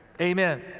Amen